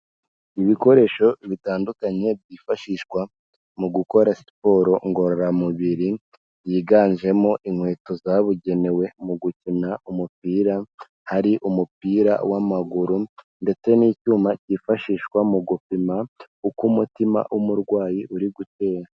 Ibikoresho bitandukanye byifashishwa mu gukora siporo ngororamubiri, byiganjemo inkweto zabugenewe, mu gukina umupira, hari umupira w'amaguru, ndetse n'icyuma cyifashishwa mu gupima uko umutima w'umurwayi uri gutera.